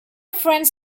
friends